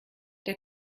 der